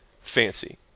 fancy